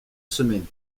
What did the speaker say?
semaines